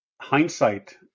hindsight